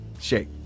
Shake